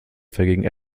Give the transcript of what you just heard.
vergingen